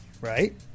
right